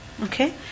Okay